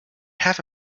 have